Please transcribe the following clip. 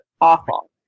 awful